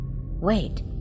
Wait